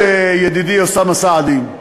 ידידי אוסאמה סעדי,